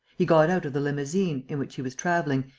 he got out of the limousine, in which he was travelling,